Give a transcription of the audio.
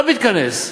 לא מתכנס.